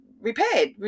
repaired